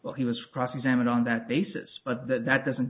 well he was cross examined on that basis but that that doesn't